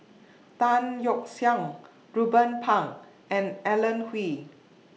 Tan Yeok Seong Ruben Pang and Alan Oei